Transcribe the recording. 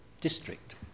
district